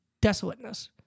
desolateness